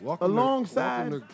alongside –